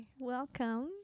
Welcome